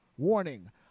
Warning